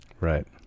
Right